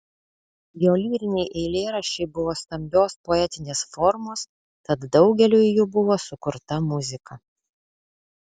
jo lyriniai eilėraščiai buvo skambios poetinės formos tad daugeliui jų buvo sukurta muzika